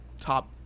top